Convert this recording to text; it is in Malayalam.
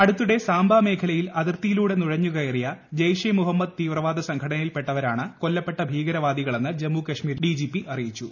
അടുത്തിടെ സാമ്പാ മേഖലയിൽ അതിർത്തിയിലൂടെ നുഴഞ്ഞു കയറിയ ജയ്ഷേ ഇ മുഹമ്മദ് തീവ്രവാദ സംഘടനയിൽപ്പെട്ടവരാണ് കൊല്ലപ്പെട്ട ഭീകരവാദികളെന്ന് ജമ്മു കാശ്മീർ ഡിജിപി അറിയിച്ചു